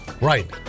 right